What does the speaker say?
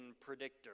predictor